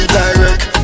direct